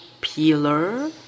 Peeler